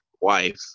wife